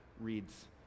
reads